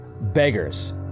beggars